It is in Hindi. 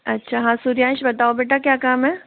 अच्छा हाँ सूर्याश बताओ बेटा क्या काम है